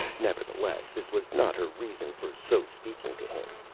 nevertheless, this was not her reason for so speaking to him.